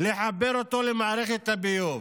לחבר אותו למערכת הביוב?